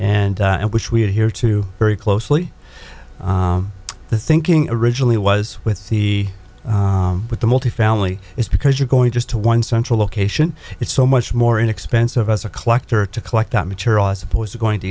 and which we adhere to very closely the thinking originally was with the with the multifamily it's because you're going to one central location it's so much more inexpensive as a collector to collect that material as opposed to going to